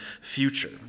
future